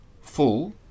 full